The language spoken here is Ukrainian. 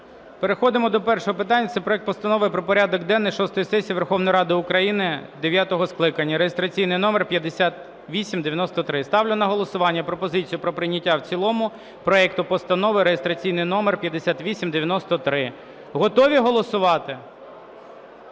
переходимо до першого питання. Це проект Постанови про порядок денний шостої сесії Верховної Ради України дев'ятого скликання (реєстраційний номер 5893). Ставлю на голосування пропозицію про прийняття в цілому проекту Постанови (реєстраційний номер 5893). Готові голосувати? Прошу